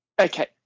okay